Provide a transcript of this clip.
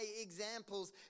examples